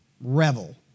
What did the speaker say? Revel